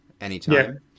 anytime